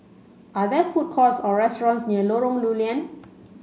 are there food courts or restaurants near Lorong Lew Lian